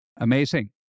Amazing